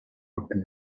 would